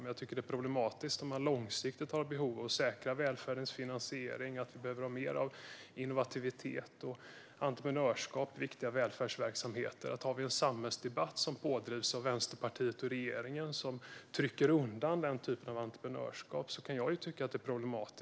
Men vi behöver mer innovationer och entreprenörskap, som är viktiga välfärdsverksamheter. När man har långsiktiga behov av att säkra välfärdens finansiering är det problematiskt med en sådan samhällsdebatt som pådrivs av Vänsterpartiet och regeringen och där de trycker undan den typen av entreprenörskap.